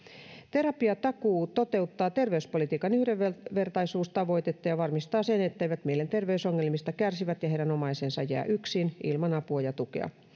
terapiatakuu toteuttaa terveyspolitiikan yhdenvertaisuustavoitetta ja varmistaa sen etteivät mielenterveysongelmista kärsivät ja heidän omaisensa jää yksin ilman apua ja tukea